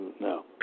no